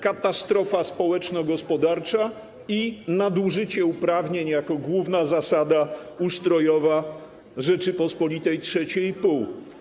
Katastrofa społeczno-gospodarcza i nadużycie uprawnień jako główna zasada ustrojowa Rzeczypospolitej trzeciej i pół.